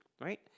right